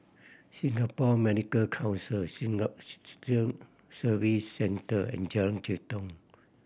Singapore Medical Council Citizen Service Centre and Jalan Jitong